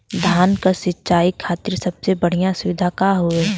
धान क सिंचाई खातिर सबसे बढ़ियां सुविधा का हवे?